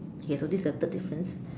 okay so this is the third difference